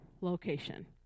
location